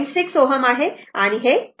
6 Ω आहे आणि हे 0